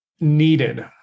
needed